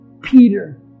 Peter